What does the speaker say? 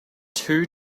two